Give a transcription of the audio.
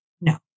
No